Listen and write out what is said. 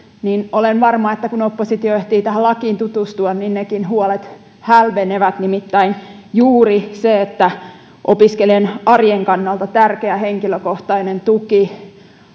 mutta olen varma että kun oppositio ehtii tähän lakiin tutustua niin nekin huolet hälvenevät nimittäin juuri opiskelijan arjen kannalta tärkeä henkilökohtainen tuki